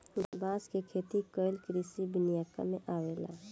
बांस के खेती कइल कृषि विनिका में अवेला